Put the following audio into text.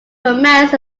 commands